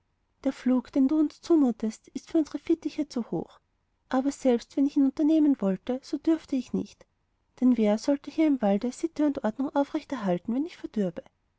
der flug den du uns da zumutest ist für unsere fittiche zu hoch aber selbst wenn ich ihn unternehmen wollte so dürfte ich nicht denn wer sollte hier im walde sitte und ordnung aufrechterhalten wenn ich verdürbe